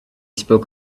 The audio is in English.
spoke